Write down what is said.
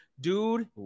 Dude